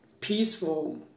peaceful